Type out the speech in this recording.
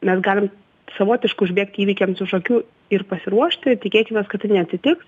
mes galim savotiškai užbėgti įvykiams už akių ir pasiruošti tikėkimės kad tai neatsitiks